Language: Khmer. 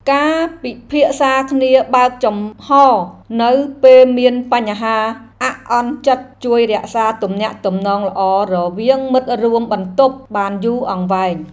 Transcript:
ការពិភាក្សាគ្នាបើកចំហរនៅពេលមានបញ្ហាអាក់អន់ចិត្តជួយរក្សាទំនាក់ទំនងល្អរវាងមិត្តរួមបន្ទប់បានយូរអង្វែង។